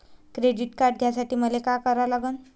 Credit card घ्यासाठी मले का करा लागन?